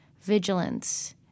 vigilance